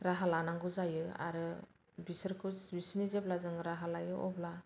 राहा लानांगौ जायो आरो बिसोरखौ बिसोरनि जेब्ला जों राहा लायो अब्ला